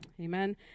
Amen